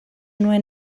nuen